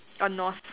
err North